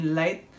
light